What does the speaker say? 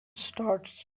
starts